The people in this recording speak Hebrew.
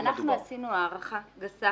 אנחנו עשינו הערכה גסה